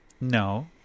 No